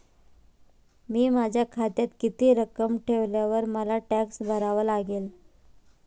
मी माझ्या खात्यात किती रक्कम ठेवल्यावर मला टॅक्स भरावा लागेल?